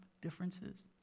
differences